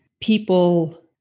people